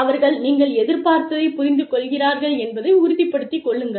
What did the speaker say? அவர்கள் நீங்கள் எதிர்பார்ப்பதை புரிந்துகொள்கிறார் என்பதை உறுதிப்படுத்திக் கொள்ளுங்கள்